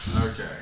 Okay